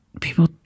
people